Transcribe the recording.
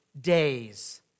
days